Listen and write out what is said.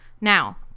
Now